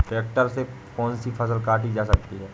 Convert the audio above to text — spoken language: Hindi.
ट्रैक्टर से कौन सी फसल काटी जा सकती हैं?